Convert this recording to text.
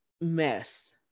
mess